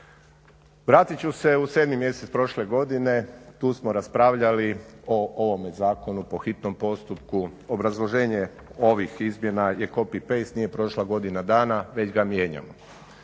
Vratit ću se u 7. mjesec prošle godine tu smo raspravljali o ovome zakonu po hitnom postupku. Obrazloženje ovih izmjena je copy-paste, nije prošla godina dana već ga mijenjamo.